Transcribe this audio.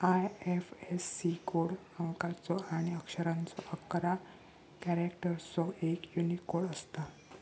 IFSC code अंकाचो आणि अक्षरांचो अकरा कॅरेक्टर्सचो एक यूनिक कोड असता